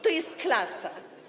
To jest klasa.